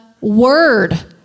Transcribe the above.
word